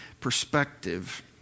perspective